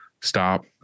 stop